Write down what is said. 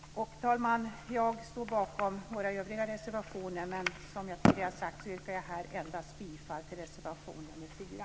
Fru talman! Jag står bakom våra övriga reservationer, men som jag har sagt yrkar jag här endast bifall till reservation nr 4.